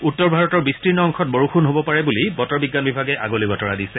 উত্তৰ ভাৰতৰ বিস্তীৰ্ণ অংশত বৰষূণ হব পাৰে বুলি বতৰ বিজ্ঞান বিভাগে আগলি বতৰা দিছে